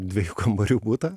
dviejų kambarių butą